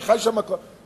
אני חי שם כל חיי,